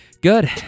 good